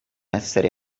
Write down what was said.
essere